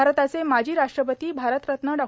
भारताचे माजी राष्ट्रपती भारतरत्न डॉ